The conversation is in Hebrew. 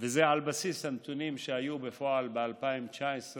וזה על בסיס הנתונים שהיו בפועל ב-2019,